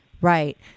Right